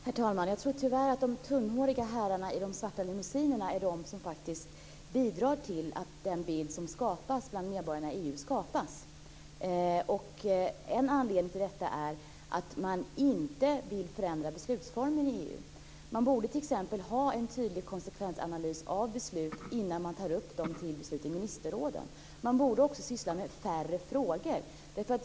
Herr talman! Jag tror tyvärr att de tunnhåriga herrarna i de svarta limousinerna är de som bidrar till att skapa denna bild hos medborgarna. En anledning till detta är att man inte vill förändra beslutsformen i EU. Man borde t.ex. göra en tydlig konsekvensanalys av beslut innan besluten tas upp i ministerrådet. Man borde också syssla med färre frågor.